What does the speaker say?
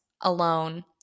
alone